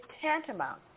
tantamount